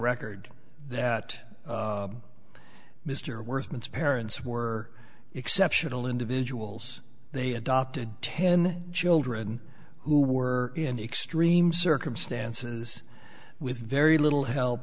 record that mr worthless parents were exceptional individuals they adopted ten children who were in extreme circumstances with very little help